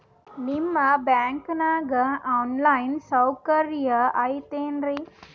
ನಿಮ್ಮ ಬ್ಯಾಂಕನಾಗ online ಸೌಕರ್ಯ ಐತೇನ್ರಿ?